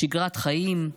שגרת חיים,